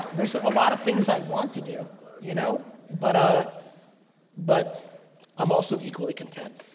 there's a lot of things i want to do you know but ah but i'm also equally content.